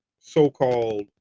so-called